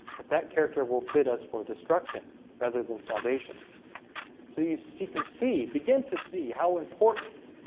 but that character will fit us for destruction rather than salvation so you see can see begin to see how important?